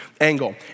angle